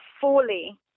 fully